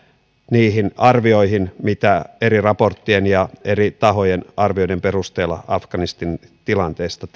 niihin arvioihin mitä eri raporttien ja eri tahojen arvioiden perusteella afganistanin tilanteesta